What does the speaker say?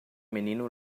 menino